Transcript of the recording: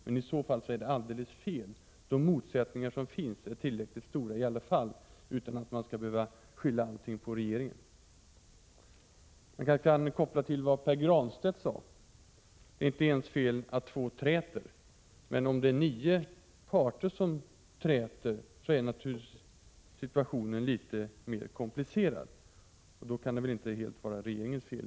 Men i så fall är det alldeles fel. De motsättningar som finns är tillräckligt stora i alla fall, utan att man skall behöva skylla på regeringen. Jag skulle vilja göra en koppling till vad Pär Granstedt sade om att det inte är ens fel att två träter. Om det är nio parter som träter är naturligtvis situationen litet mer komplicerad, och då kan det väl i alla fall inte helt vara regeringens fel.